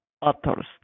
authors